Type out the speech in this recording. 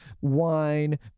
wine